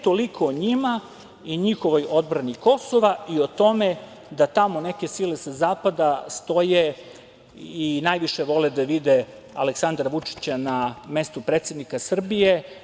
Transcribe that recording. Toliko o njima i njihovoj odbrani Kosova i o tome da tamo neke sile sa zapada stoje i najviše vole da vide Aleksandra Vučića na mestu predsednika Srbije.